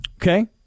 Okay